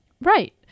Right